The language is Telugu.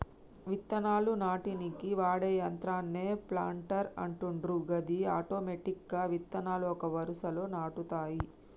విత్తనాలు నాటనీకి వాడే యంత్రాన్నే ప్లాంటర్ అంటుండ్రు గది ఆటోమెటిక్గా విత్తనాలు ఒక వరుసలో నాటుతాయి